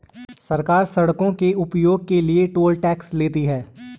सरकार सड़कों के उपयोग के लिए टोल टैक्स लेती है